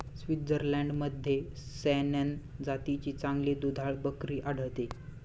स्वित्झर्लंडमध्ये सॅनेन जातीची चांगली दुधाळ बकरी आढळते